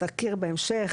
תכיר בהמשך.